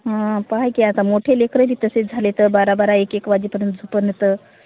हां पाहय की आता मोठे लेकरबी तसेच झाले तर बारा बारा एक एक वाजेपर्यंत झोपेनात